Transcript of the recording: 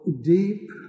deep